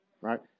Right